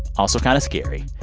also kind of scary.